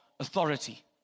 Authority